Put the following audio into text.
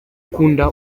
ukunda